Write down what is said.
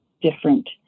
different